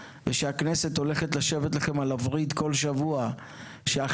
ושהכנסת הולכת לשבת לכם על הווריד כל שבוע שהחרפה